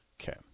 Okay